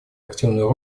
активную